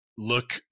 look